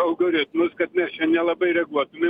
algoritmus kad nelabai reaguotumėm